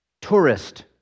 tourist